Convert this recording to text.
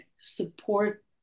support